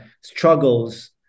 struggles